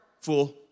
Fool